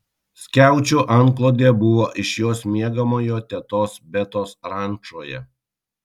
skiaučių antklodė buvo iš jos miegamojo tetos betos rančoje